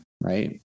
Right